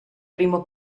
primo